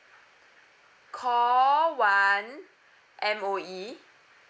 call one M_O_E